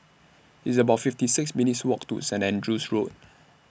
It's about fifty six minutes' Walk to Saint Andrew's Road